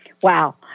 Wow